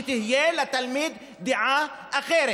שתהיה לתלמיד דעה אחרת?